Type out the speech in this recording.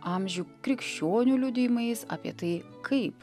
amžių krikščionių liudijimais apie tai kaip